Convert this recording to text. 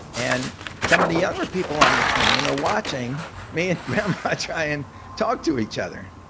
and some of the younger people on the train are watching me and grandma try and talk to each other.